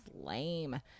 lame